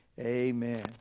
Amen